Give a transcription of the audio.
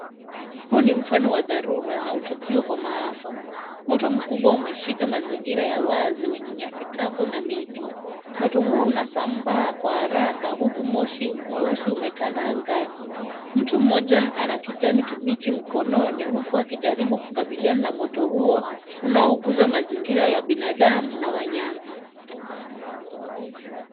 Huu ni mfano wa dharura unaotukia kwa maafa. Moto mkubwa umeshika mazingira ya wazi wenye nyasi kavu na miti. Moto huo unasambaa kwa haraka huku moshi mweusi umetanda angani. Mtu mmoja ana kijani kibichi mkononi, huku akijaribu kukabiliana na moto huo, unaounguza mazingira ya binadamu na wanyama.